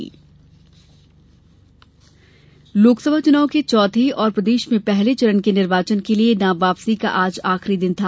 नामांकन वापसी लोकसभा चुनाव के चौथे और प्रदेश में पहले चरण के निर्वाचन के लिए नाम वापसी का आज आखिरी दिन था